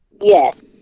yes